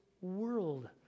world